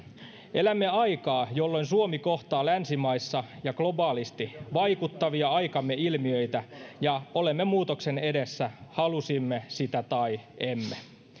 elämme aikaa jolloin suomi kohtaa länsimaissa ja globaalisti vaikuttavia aikamme ilmiöitä ja olemme muutoksen edessä halusimme sitä tai emme